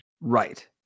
Right